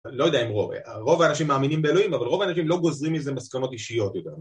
לא יודע אם רוב, רוב האנשים מאמינים באלוהים אבל רוב האנשים לא גוזרים לזה מסקנות אישיות